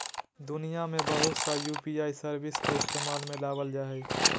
दुनिया में बहुत सा यू.पी.आई सर्विस के इस्तेमाल में लाबल जा हइ